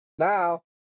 Now